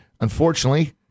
unfortunately